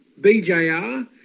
BJR